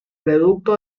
reducto